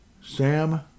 Sam